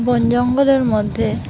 বন জঙ্গলের মধ্যে